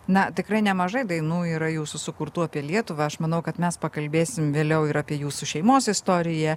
na tikrai nemažai dainų yra jūsų sukurtų apie lietuvą aš manau kad mes pakalbėsim vėliau ir apie jūsų šeimos istoriją